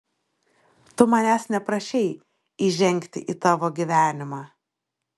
tu manęs neprašei įžengti į tavo gyvenimą